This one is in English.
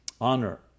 honor